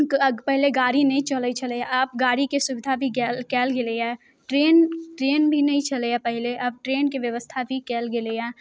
पहिले गाड़ी नहि चलै छलैए आब गाड़ीके सुविधा भी गेल कयल गेलैय ट्रेन ट्रेन भी नहि छलैये पहिले आब ट्रेनके व्यवस्था भी कयल गेलैये